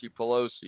Pelosi